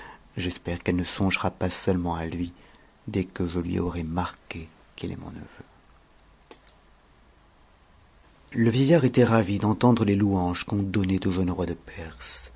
j'espère qu'elle ne songera pas seulement à lui dès que je lui aurai marn qu'iteshnon neveu le vieittard était ravi d'entendre les louanges qu'on donnait au jeune roi de perse